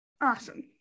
awesome